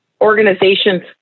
organizations